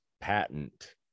patent